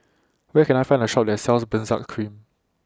Where Can I Find A Shop that sells Benzac Cream